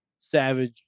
Savage